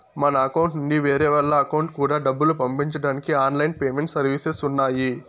మన అకౌంట్ నుండి వేరే వాళ్ళ అకౌంట్ కూడా డబ్బులు పంపించడానికి ఆన్ లైన్ పేమెంట్ సర్వీసెస్ ఉన్నాయి